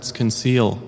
conceal